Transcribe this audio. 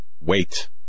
wait